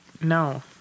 No